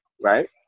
right